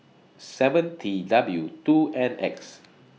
seven T W two N X